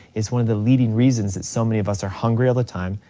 it's one of the leading reasons that so many of us are hungry all the time,